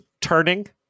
turning